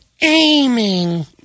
aiming